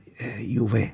Juve